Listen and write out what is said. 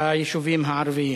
ביישובים הערביים.